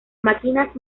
máquinas